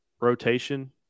rotation